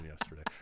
yesterday